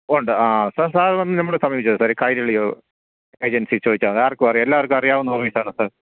ഉണ്ട് ആ sir sir വന്നു നമ്മളെ സമീപിച്ചാൽ മതി സർ കൈരളി ഏജൻസി ചോദിച്ചാൽ മതി ആർക്കും അറിയാം എല്ലാവർക്കും അറിയാവുന്ന ഓഫീസാണ് സാർ